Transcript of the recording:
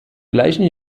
gleichen